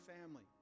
family